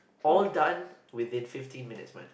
all done within fifteen minutes man